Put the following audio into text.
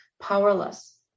powerless